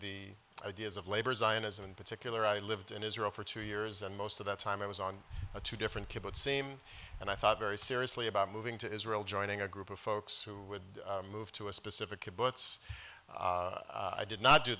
the ideas of labor zionism in particular i lived in israel for two years and most of that time i was on a two different kibbutz seam and i thought very seriously about moving to israel joining a group of folks who would move to a specific kibbutz i did not do